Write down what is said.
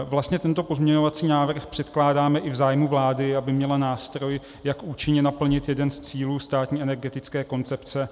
Vlastně tento pozměňovací návrh předkládáme i v zájmu vlády, aby měla nástroj, jak účinně naplnit jeden z cílů státní energetické koncepce.